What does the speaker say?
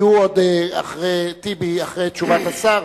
יהיו עוד אחרי טיבי, אחרי תשובת השר.